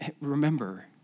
Remember